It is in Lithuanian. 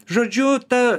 žodžiu ta